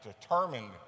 determined